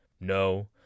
No